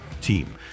team